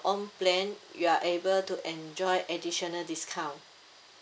own plan you are able to enjoy additional discount